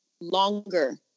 longer